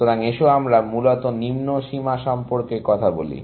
সুতরাং এসো আমরা মূলত নিম্ন সীমা সম্পর্কে কথা বলি